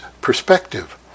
perspective